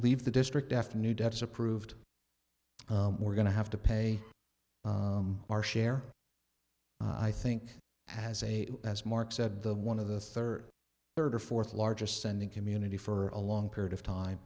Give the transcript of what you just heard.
leave the district after new debt is approved we're going to have to pay our share i think has a as mark said the one of the third third or fourth largest sending community for a long period of